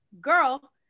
girl